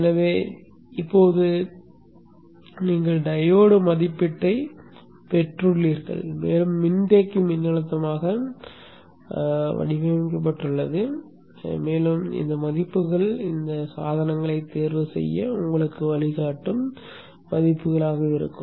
எனவே இப்போது நீங்கள் டையோடு மதிப்பீட்டைப் பெற்றுள்ளீர்கள் மேலும் மின்தேக்கி மின்னழுத்தமாக வடிவமைக்கப்பட்டுள்ளது மேலும் இந்த மதிப்புகள் இந்தச் சாதனங்களைத் தேர்வுசெய்ய உங்களுக்கு வழிகாட்டும் மதிப்புகளாக இருக்கும்